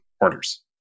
orders